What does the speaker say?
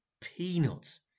peanuts